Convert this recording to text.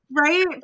Right